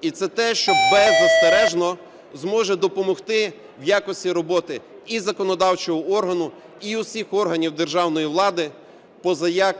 І це те, що беззастережно зможе допомогти в якості роботи і законодавчого органу, і усіх органів державної влади, позаяк